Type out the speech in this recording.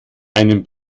einen